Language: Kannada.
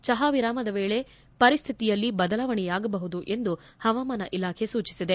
ಚಹಾ ವಿರಾಮದ ವೇಳೆಗೆ ಪರಿಸ್ವಿತಿಯಲ್ಲಿ ಬದಲಾವಣೆಯಾಗಬಹುದು ಎಂದು ಪವಾಮಾನ ಇಲಾಖೆ ಸೂಚಿಸಿದೆ